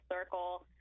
circle